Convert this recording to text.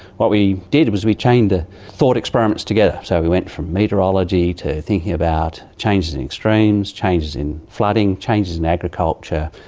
what we did was we chained the thought experiments together. so we went from meteorology to thinking about changes in extremes, changes in flooding, changes in agriculture,